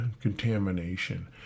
contamination